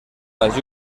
las